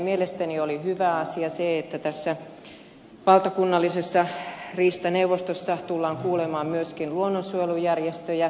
mielestäni oli hyvä asia se että valtakunnallisessa riistaneuvostossa tullaan kuulemaan myöskin luonnonsuojelujärjestöjä